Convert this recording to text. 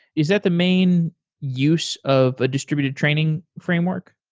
is that the main use of a distributed training framework?